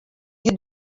you